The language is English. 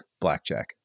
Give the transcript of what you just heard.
blackjack